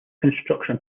construction